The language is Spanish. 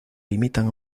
limitan